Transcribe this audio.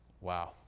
Wow